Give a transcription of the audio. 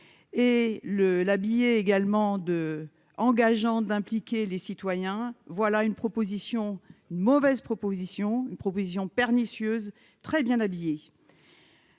le l'habiller également 2 engageant d'impliquer les citoyens, voilà une proposition mauvaise proposition provision pernicieuse, très bien habillé,